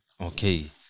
Okay